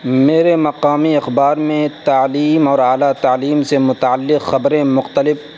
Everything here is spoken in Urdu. میرے مقامی اخبار میں تعلیم اور اعلیٰ تعلیم سے متعلق خبریں مقتلب